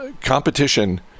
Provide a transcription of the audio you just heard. competition